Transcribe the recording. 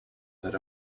that